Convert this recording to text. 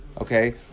okay